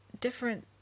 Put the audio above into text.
different